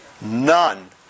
None